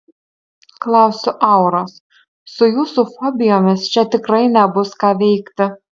klausiu auros su jūsų fobijomis čia tikrai nebus ką veikti